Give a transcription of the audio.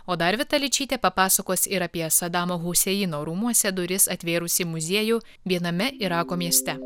o dar vita ličytė papasakos ir apie sadamo huseino rūmuose duris atvėrusį muziejų viename irako mieste